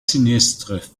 sinistres